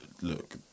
look